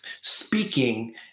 speaking